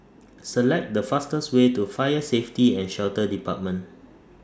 Select The fastest Way to Fire Safety and Shelter department